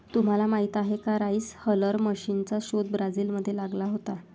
तुम्हाला माहीत आहे का राइस हलर मशीनचा शोध ब्राझील मध्ये लागला होता